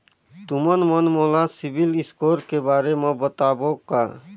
तुमन मन मोला सीबिल स्कोर के बारे म बताबो का?